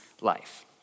life